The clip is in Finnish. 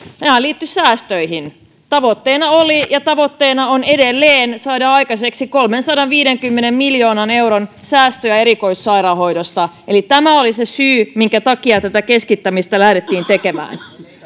liittyi säästöihin tavoitteena oli ja tavoitteena edelleen on saada aikaiseksi kolmensadanviidenkymmenen miljoonan euron säästöt erikoissairaanhoidosta eli tämä oli se syy minkä takia keskittämistä lähdettiin tekemään